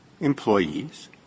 employees